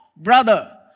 Brother